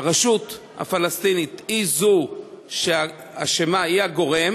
הרשות הפלסטינית היא זו שאשמה, היא הגורם